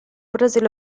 brasile